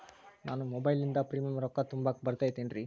ನಾನು ಮೊಬೈಲಿನಿಂದ್ ಪ್ರೇಮಿಯಂ ರೊಕ್ಕಾ ತುಂಬಾಕ್ ಬರತೈತೇನ್ರೇ?